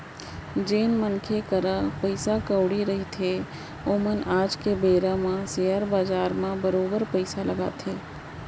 जेन मनखे करा पइसा कउड़ी रहिथे ओमन आज के बेरा म सेयर बजार म बरोबर पइसा लगाथे